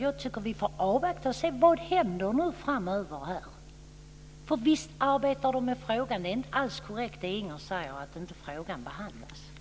Jag tycker att vi får avvakta vad som händer framöver, för det är inte korrekt att frågan inte är föremål för behandling.